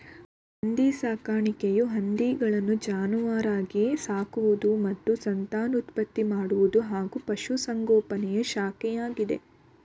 ಹಂದಿ ಸಾಕಾಣಿಕೆಯು ಹಂದಿಗಳನ್ನು ಜಾನುವಾರಾಗಿ ಸಾಕುವುದು ಮತ್ತು ಸಂತಾನೋತ್ಪತ್ತಿ ಮಾಡುವುದು ಹಾಗೂ ಪಶುಸಂಗೋಪನೆಯ ಶಾಖೆಯಾಗಿದೆ